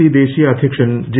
P ദേശീയ അധ്യക്ഷൻ J